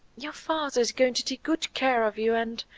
your father is going to take good care of you and